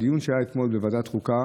בדיון שהיה אתמול בוועדת החוקה